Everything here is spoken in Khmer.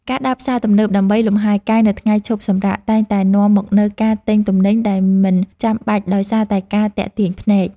ការដើរផ្សារទំនើបដើម្បីលំហែកាយនៅថ្ងៃឈប់សម្រាកតែងតែនាំមកនូវការទិញទំនិញដែលមិនចាំបាច់ដោយសារតែការទាក់ទាញភ្នែក។